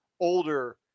older